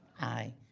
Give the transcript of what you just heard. aye.